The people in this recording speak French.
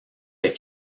est